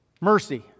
Mercy